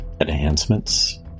enhancements